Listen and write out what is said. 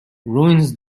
ruins